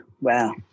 Wow